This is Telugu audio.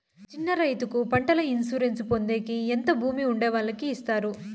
చిన్న రైతుకు పంటల ఇన్సూరెన్సు పొందేకి ఎంత భూమి ఉండే వాళ్ళకి ఇస్తారు?